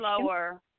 lower